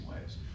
ways